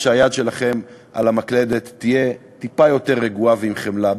שהיד שלכם על המקלדת תהיה טיפה יותר רגועה ועם חמלה,